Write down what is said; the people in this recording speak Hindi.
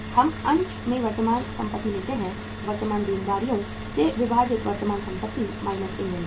हम अंश में वर्तमान संपत्ति लेते हैं वर्तमान देनदारियों से विभाजित वर्तमान संपत्ति माइनस इन्वेंट्री